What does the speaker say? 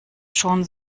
schon